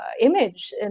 image